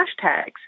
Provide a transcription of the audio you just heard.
hashtags